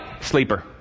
sleeper